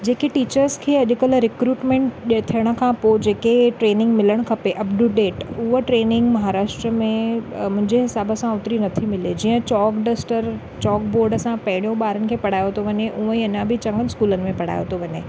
जेके टीचर्स खे अॼुकल्ह रिक्रुटमेंट थियण खां पोइ जेके ट्रेनिंग मिलणु खपे अप टू डेट उहा ट्रेनिंग महाराष्ट्रा में मुंहिंजे हिसाब सां होतिरी नथी मिले जीअं चॉक डस्टर चॉक बोड असां पहिरियों ॿारनि खे पढ़ायो थो वञे हूंअं ई अञा बि चङनि स्कूलनि में पढ़ायो थो वञे